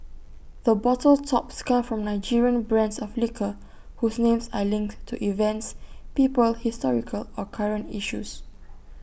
the bottle tops come from Nigerian brands of liquor whose names are linked to events people historical or current issues